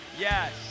Yes